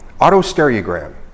Autostereogram